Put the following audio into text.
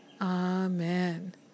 Amen